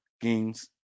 games